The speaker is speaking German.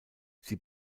sie